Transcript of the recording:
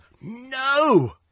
No